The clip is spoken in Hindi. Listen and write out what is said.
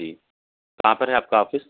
जी कहाँ पर है आपका ऑफिस